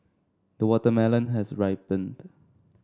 the watermelon has ripened